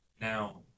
Now